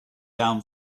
down